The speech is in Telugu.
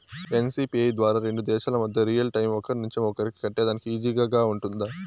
ఎన్.సి.పి.ఐ ద్వారా రెండు దేశాల మధ్య రియల్ టైము ఒకరి నుంచి ఒకరికి కట్టేదానికి ఈజీగా గా ఉంటుందా?